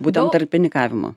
būtent tarpinikavimo